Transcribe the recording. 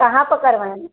कहा पर करवाएँ